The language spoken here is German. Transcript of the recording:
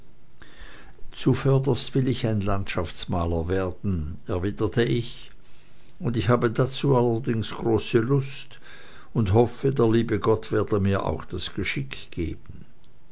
zuvörderst will ich ein landschaftsmaler werden erwiderte ich und habe dazu allerdings große lust und hoffe der liebe gott werde mir auch das geschick geben